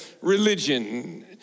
religion